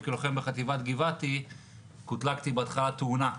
כלוחם בחטיבת גבעתי קוטלגתי בהתחלה ב"תאונה",